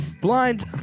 blind